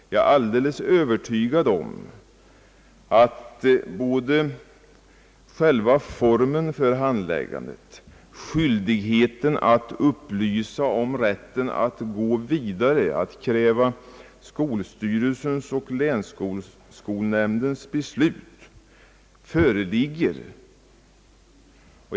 Jag är alldeles övertygad om att både själva formen för handläggningen och skyldigheten att upplysa om rätten att gå vidare, att kräva skolstyrelses och länsskolnämnds beslut föreligger.